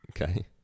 Okay